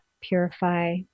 purify